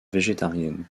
végétarienne